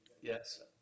Yes